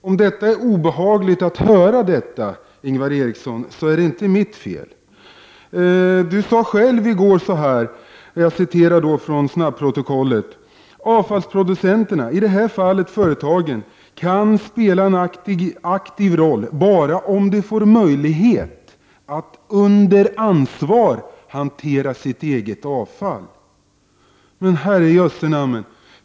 Om det är obehagligt att höra, Ingvar Eriksson är det inte mitt fel. Ingvar Eriksson sade själv i går att avfallsproducenterna, i det här fallet företagen, kan spela en aktiv roll bara om de får möjlighet att under ansvar hantera sitt eget avfall. Men herrejössenamn!